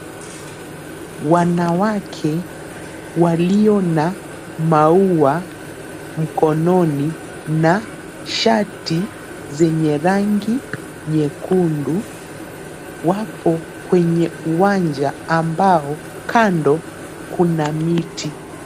Wanawake walio na maua mkononi na shati zenye rangi nyekundu wapo kwenye uwanja ambao kando kuna miti.